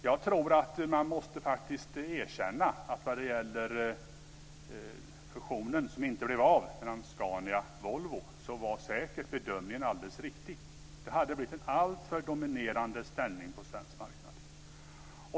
Jag tror att man måste erkänna att vad gäller fusionen som inte blev av, dvs. den mellan Scania och Volvo, var säkert bedömningen alldeles riktig: Den hade lett till ett företag med en alltför dominerande ställning på svensk marknad.